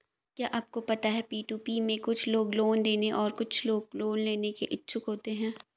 क्या आपको पता है पी.टू.पी में कुछ लोग लोन देने और कुछ लोग लोन लेने के इच्छुक होते हैं?